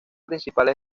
principales